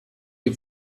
die